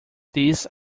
these